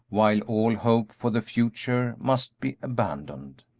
while all hope for the future must be abandoned.